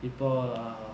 people are